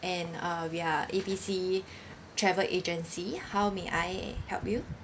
and uh we are A B C travel agency how may I help you